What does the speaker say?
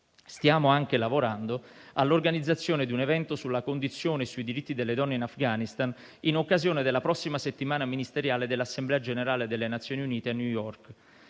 Stiamo anche lavorando all'organizzazione di un evento sulla condizione e sui diritti delle donne in Afghanistan in occasione della prossima settimana ministeriale dell'Assemblea generale delle Nazioni Unite a New York.